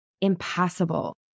impossible